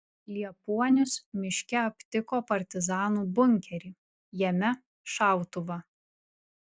liepuonius miške aptiko partizanų bunkerį jame šautuvą